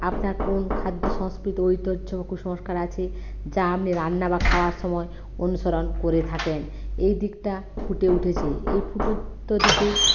আপনার কোন খাদ্য সংস্কৃতি ঐতিহ্য কুসংস্কার আছে যা আপনি রান্না বা খাওয়ার সময় অনুসরণ করে থাকেন এই দিকটা ফুটে উঠেছে এই দিকেই